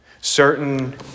Certain